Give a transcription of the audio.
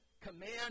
command